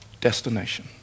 destination